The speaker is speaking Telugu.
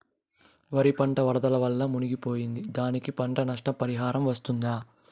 వరి పంట వరదల వల్ల మునిగి పోయింది, దానికి పంట నష్ట పరిహారం వస్తుందా?